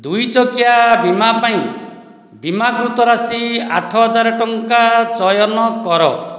ଦୁଇ ଚକିଆ ବୀମା ପାଇଁ ବୀମାକୃତ ରାଶି ଆଠହଜାର ଟଙ୍କା ଚୟନ କର